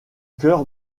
cœur